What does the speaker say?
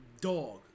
dog